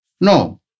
No